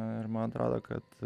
ir man atrodo kad